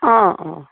অঁ অঁ